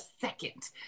second